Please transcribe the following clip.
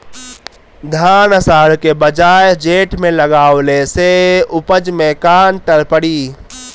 धान आषाढ़ के बजाय जेठ में लगावले से उपज में का अन्तर पड़ी?